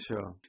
Sure